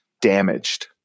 damaged